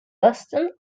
boston